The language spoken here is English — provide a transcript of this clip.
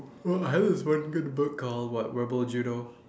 I heard this one good book called what rebel judo